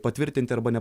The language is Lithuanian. patvirtinti arba ne